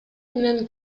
менен